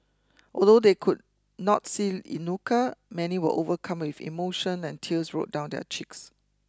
although they could not see Inuka many were overcome with emotion and tears rolled down their cheeks